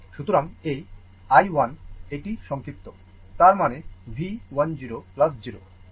সুতরাং এই i 1 এটি সংক্ষিপ্ত তার মানে V 1 0 0